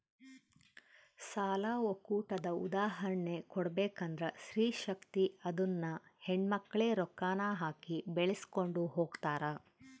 ಸಾಲ ಒಕ್ಕೂಟದ ಉದಾಹರ್ಣೆ ಕೊಡ್ಬಕಂದ್ರ ಸ್ತ್ರೀ ಶಕ್ತಿ ಅದುನ್ನ ಹೆಣ್ಮಕ್ಳೇ ರೊಕ್ಕಾನ ಹಾಕಿ ಬೆಳಿಸ್ಕೊಂಡು ಹೊಗ್ತಾರ